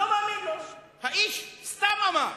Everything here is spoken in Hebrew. האיש סתם אמר,